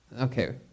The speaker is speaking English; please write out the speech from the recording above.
Okay